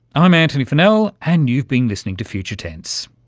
i'm antony funnell and you've been listening to future tense,